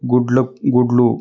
గుడ్ల గుడ్లు